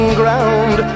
ground